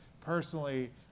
personally